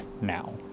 now